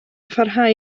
pharhau